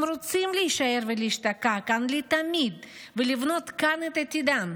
הם רוצים להישאר ולהשתקע כאן לתמיד ולבנות כאן את עתידם,